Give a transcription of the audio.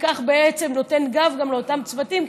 וכך בעצם נותן גב גם לאותם צוותים,